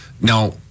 Now